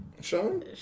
Sean